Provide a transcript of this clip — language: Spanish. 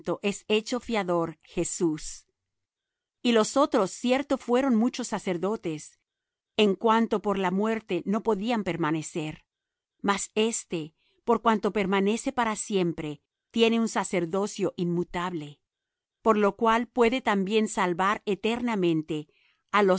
es hecho fiador jesús y los otros cierto fueron muchos sacerdotes en cuanto por la muerte no podían permanecer mas éste por cuanto permanece para siempre tiene un sacerdocio inmutable por lo cual puede también salvar eternamente á los